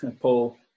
Paul